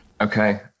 Okay